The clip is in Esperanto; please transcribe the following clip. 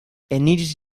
eniris